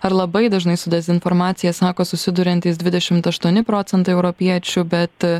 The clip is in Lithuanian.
ar labai dažnai su dezinformacija sako susiduriantys dvidešim aštuoni procentai europiečių bet